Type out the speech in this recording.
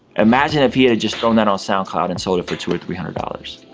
imagine if he had just thrown that on soundcloud and sold it for two or three hundred dollars.